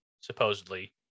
supposedly